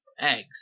eggs